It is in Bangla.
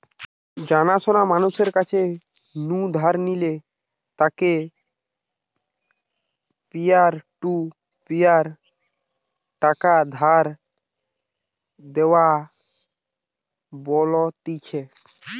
জানা শোনা মানুষের কাছ নু ধার নিলে তাকে পিয়ার টু পিয়ার টাকা ধার দেওয়া বলতিছে